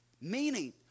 Meaning